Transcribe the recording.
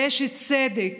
זה שצדק,